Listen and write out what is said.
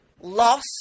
loss